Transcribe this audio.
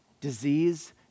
disease